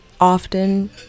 often